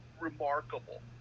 remarkable